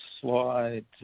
slide